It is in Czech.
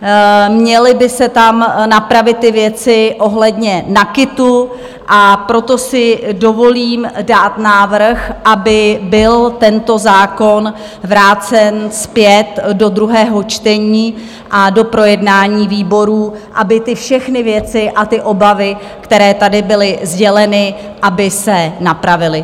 Měly by se tam napravit ty věci ohledně NAKITu, a proto si dovolím dát návrh, aby byl tento zákon vrácen zpět do druhého čtení a do projednání výborů, aby ty všechny věci a ty obavy, které tady byly sděleny, aby se napravily.